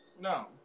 No